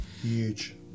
Huge